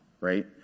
right